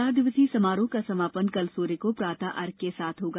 चार दिवसीय समारोह का समापन कल सूर्य को प्रातः अर्घ्य के साथ होगा